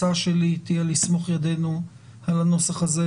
לחבריי לסמוך ידינו על הנוסח הזה,